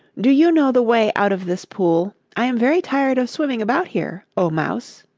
do you know the way out of this pool? i am very tired of swimming about here, o mouse